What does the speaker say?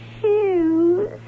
shoes